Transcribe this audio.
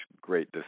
great